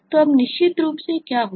तो अब निश्चित रूप से क्या होगा